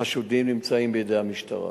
החשודים נמצאים בידי המשטרה.